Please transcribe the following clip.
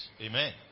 Amen